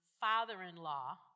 father-in-law